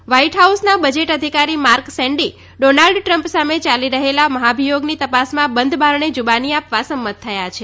white હાઉસના budget અધિકારી Mark Sandy Donald Trump સામે ચાલી રહેલા મહાભિથોનની તપાસમાં બંધ બારણે જુબાની આપવા સંમત થયા છે